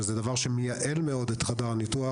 זה דבר שמייעל מאוד את חדר הניתוח,